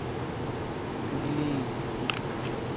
ᱩᱜᱽᱞᱤ